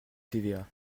tva